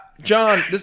John